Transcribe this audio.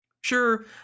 Sure